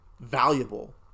valuable